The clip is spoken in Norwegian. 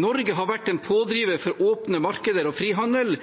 Norge har vært en pådriver for åpne markeder og frihandel,